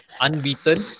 unbeaten